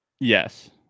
Yes